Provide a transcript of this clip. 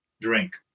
drink